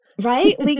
right